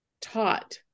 taught